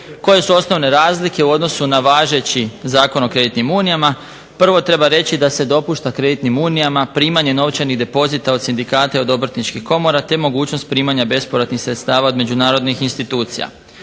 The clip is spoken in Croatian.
Koje su osnovne razlike u odnosu na važeći Zakon o kreditnim unijama. Prvo treba reći da se dopušta kreditnim unijama primanje novčanih depozita od sindikata i od obrtničkih komora te mogućnost primanja bespovratnih sredstava od međunarodnih institucija.